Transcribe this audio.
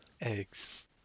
Eggs